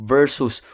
Versus